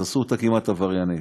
אז עשו אותה כמעט עבריינית.